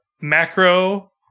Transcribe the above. macro